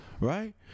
right